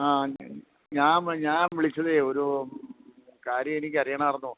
ആ ഞാൻ ഞാൻ വിളിച്ചതേ ഒരു കാര്യമെനിക്ക് അറിയണമായിരുന്നു